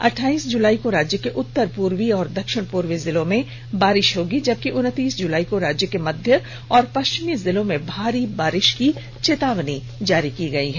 अठाइस जुलाई को राज्य के उत्तर पूर्वी और दक्षिण पूर्वी जिलों में बारिश होगी जबकि उनतीस जुलाई को राज्य के मध्य और पश्चिमी जिलों में भारी बारिश की चेतावनी दी गयी है